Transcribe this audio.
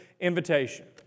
invitation